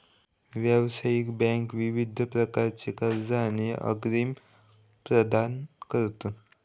व्यावसायिक बँका विविध प्रकारची कर्जा आणि अग्रिम प्रदान करतत